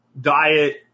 diet